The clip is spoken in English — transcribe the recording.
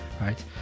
right